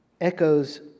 echoes